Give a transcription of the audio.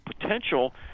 potential